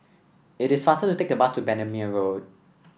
it is faster to take the bus to Bendemeer Road